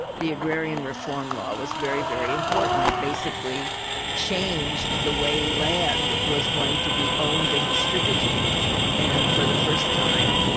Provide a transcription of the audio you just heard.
the agrarian reform law was very, very important it basically changed the way land was going to be owned and distributed and for the first time,